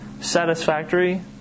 satisfactory